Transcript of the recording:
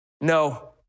No